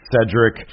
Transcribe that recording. Cedric